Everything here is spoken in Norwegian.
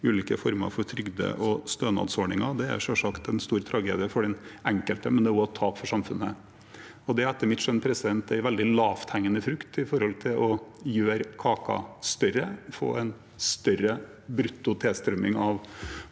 ulike former for trygde- og stønadsordninger. Det er selvsagt en stor tragedie for den enkelte, men det er også et tap for samfunnet. Det er, etter mitt skjønn, en veldig lavthengende frukt når det gjelder å gjøre kaken større og få en større brutto tilstrømming av